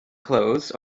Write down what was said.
clothes